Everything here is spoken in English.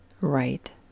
Right